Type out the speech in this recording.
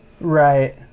Right